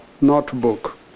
notebook